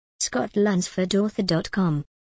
scottlunsfordauthor.com